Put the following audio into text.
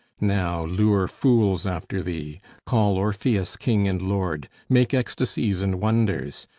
now lure fools after thee call orpheus king and lord make ecstasies and wonders!